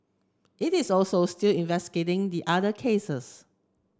it is also still investigating the other cases